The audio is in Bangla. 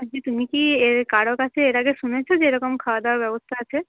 আচ্ছা তুমি কি এর কারোর কাছে এর আগে শুনেছো যে এরকম খাওয়া দাওয়ার ব্যবস্থা আছে